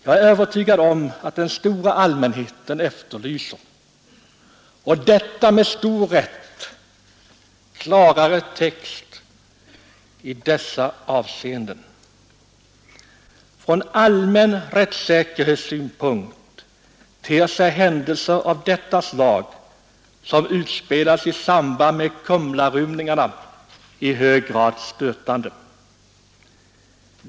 Jag är övertygad om att den stora allmänheten efterlyser — och detta med stor rätt — klarare lagtext i dessa avseenden, Från allmän rättssäkerhetssynpunkt ter sig händelser av det slag som utspelades i samband med Kumlarymningarna i hög grad stötande.